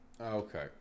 Okay